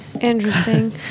interesting